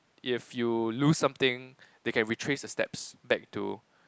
if you lose something they can retrace the steps back to